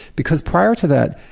because prior to that,